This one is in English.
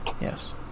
Yes